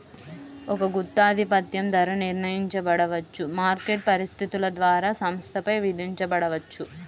ఒక గుత్తాధిపత్యం ధర నిర్ణయించబడవచ్చు, మార్కెట్ పరిస్థితుల ద్వారా సంస్థపై విధించబడవచ్చు